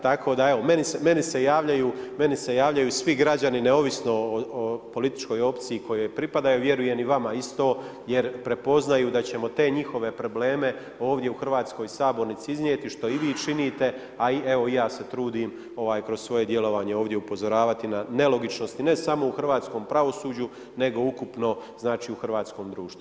Tako da, evo, meni se javljaju svi građani neovisno o političkoj opciji kojoj pripadaju, vjerujem i vama isto jer prepoznaju da ćemo te njihove probleme ovdje u hrvatskoj sabornici iznijeti, što i vi činite, a evo, i ja se trudim kroz svoje djelovanje ovdje upozoravati na nelogičnosti ne samo u hrvatskom pravosuđu nego ukupno znači u hrvatskom društvu.